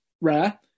rare